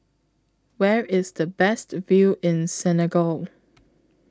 Where IS The Best View in Senegal